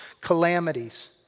calamities